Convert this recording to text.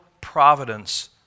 providence